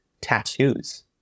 tattoos